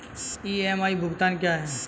EMI भुगतान क्या है?